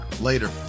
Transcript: Later